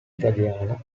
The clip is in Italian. italiana